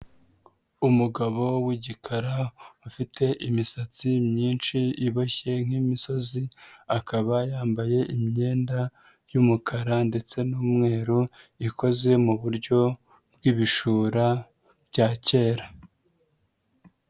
Umugabo w'igikara ufite imisatsi myinshi iboshye nk'imisozi akaba yambaye imyenda y'umukara ndetse n'umweru ikoze mu buryo bw'ibishura bya kera.